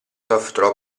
software